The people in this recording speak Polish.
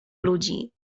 ludzi